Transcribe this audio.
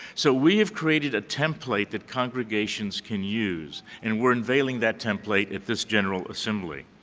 so we have created a template that congregations can use and we're unveiling that template at this general assembly.